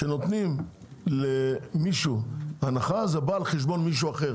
כשנותנים למישהו הנחה, זה בא על חשבון מישהו אחר.